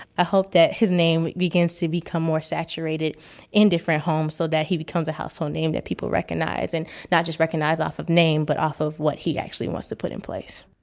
i hope that his name begins to become more saturated in different homes so that he becomes a household name that people recognize, and not just recognize off of name, but off of what he actually wants to put in place.